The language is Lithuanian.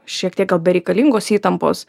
šiek tiek gal bereikalingos įtampos